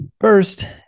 First